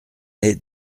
est